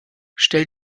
stell